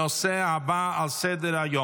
בעד, ארבעה מתנגדים.